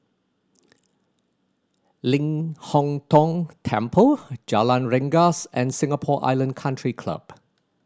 Ling Hong Tong Temple Jalan Rengas and Singapore Island Country Club